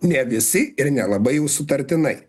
ne visi ir nelabai jau sutartinai